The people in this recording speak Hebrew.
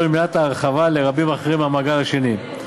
ובמניעת ההרחבה לרבים אחרים במעגל השני,